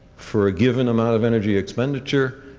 for a given amount of energy expenditure,